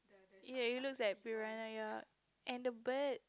ya it looks like piranha ya and the bird